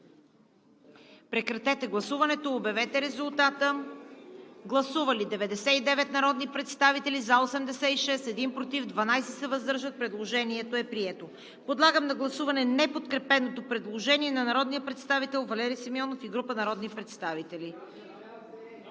Доклада на Комисията. Гласували 99 народни представители: за 86, против 1, въздържали се 12. Предложението е прието. Подлагам на гласуване неподкрепеното предложение на народния представител Валери Симеонов и група народни представители.